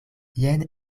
jen